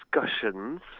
discussions